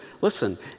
listen